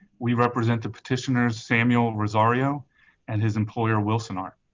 we represent the petitioner samuel rosario and his employer wilsonart.